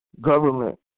government